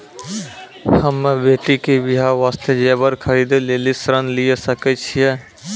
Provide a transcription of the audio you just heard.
हम्मे बेटी के बियाह वास्ते जेबर खरीदे लेली ऋण लिये सकय छियै?